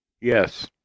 Yes